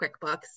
QuickBooks